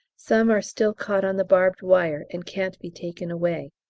some are still caught on the barbed wire and can't be taken away.